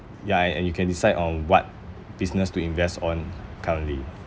ya a~ and you can decide on what business to invest on currently